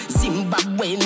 zimbabwe